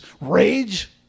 rage